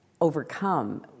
overcome